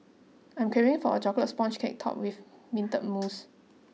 I am craving for a chocolate sponge cake topped with minted mousse